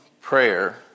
prayer